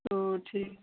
तो ठीक